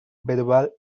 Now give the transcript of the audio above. verbal